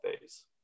phase